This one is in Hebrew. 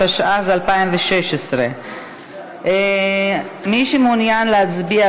התשע"ז 2016. מי שמעוניין להצביע,